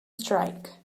strike